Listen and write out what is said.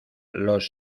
los